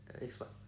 Explain